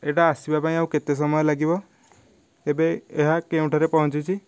ଏଟା ଆସିବା ପାଇଁ ଆଉ କେତେ ସମୟ ଲାଗିବ ଏବେ ଏହା କେଉଁଠାରେ ପହଞ୍ଚିଛି